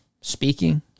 speaking